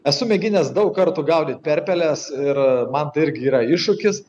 esu mėginęs daug kartų gaudyti perpelės ir man tai irgi yra iššūkis